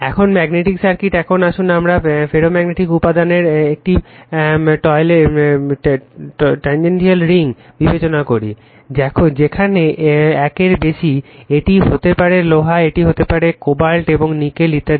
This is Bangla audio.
এখন ম্যাগনেটিক সার্কিট এখন আসুন আমরা ফেরোম্যাগনেটিক উপাদানের একটি টরয়েডাল রিং বিবেচনা করি যেখানে 1 এর বেশি এটি হতে পারে লোহা এটি হতে পারে কোবাল্ট এবং নিকেল ইত্যাদি